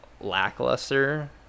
lackluster